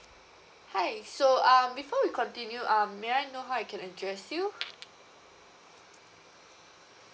hi so um before we continue um may I know how I can address you